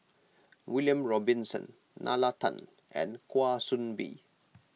William Robinson Nalla Tan and Kwa Soon Bee